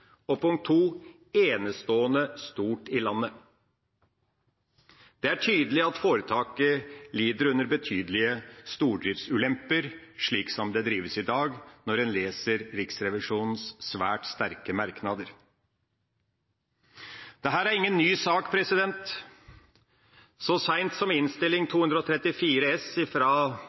og – punkt to – enestående stort i landet. Det er tydelig at foretaket lider under betydelige stordriftsulemper, slik som det drives i dag, når en leser Riksrevisjonens svært sterke merknader. Dette er ingen ny sak. Så sent som i Innst. 234 S,